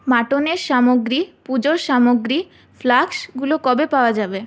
মাটনের সামগ্রী পুজোর সামগ্রী ফ্লাস্কগুলো কবে পাওয়া যাবে